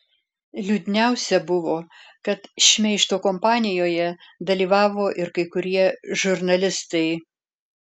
liūdniausia buvo kad šmeižto kampanijoje dalyvavo ir kai kurie žurnalistai